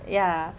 ya